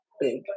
big